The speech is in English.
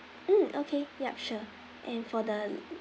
mm okay yup sure and for the